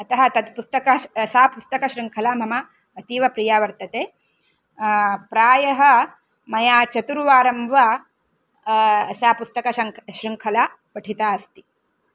अतः तद् पुस्तक् सा पुस्तकशृङ्खला मम अतीवप्रिया वर्तते प्रायः मया चतुर्वारं वा सा पुस्तकशङ् शृङ्खला पठिता अस्ति